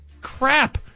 crap